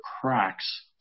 cracks